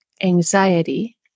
anxiety